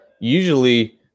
usually